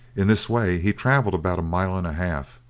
in this way he travelled about a mile and a half,